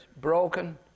broken